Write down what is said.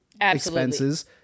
expenses